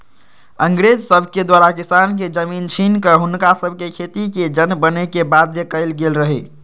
अंग्रेज सभके द्वारा किसान के जमीन छीन कऽ हुनका सभके खेतिके जन बने के बाध्य कएल गेल रहै